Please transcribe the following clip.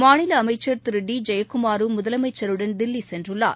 மாநிலஅமைச்சர் Thiru T ஜெயக்குமாரும் முதலமைச்சருடன் தில்லிசென்றுள்ளார்